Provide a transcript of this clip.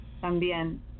también